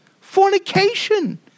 fornication